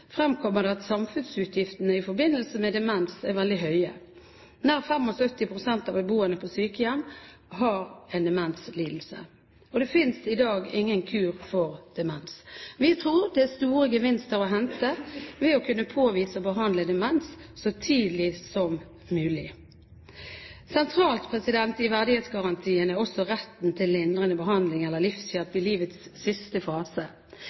fremkommer det at samfunnsutgiftene i forbindelse med demens er veldig høye. Nær 75 pst. av beboerne på sykehjem har en demenslidelse. Det finnes i dag ingen kur mot demens. Vi tror det er store gevinster å hente ved å kunne påvise og behandle demens så tidlig som mulig. Sentralt i verdighetsgarantien er retten til lindrende behandling eller livshjelp i livets siste fase.